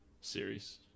series